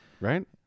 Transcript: right